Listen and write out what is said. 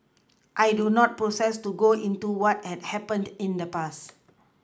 I do not propose to go into what had happened in the past